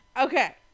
Okay